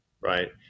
Right